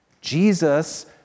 Jesus